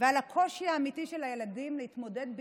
ובקושי האמיתי של הילדים להתמודד עם